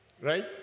right